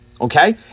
okay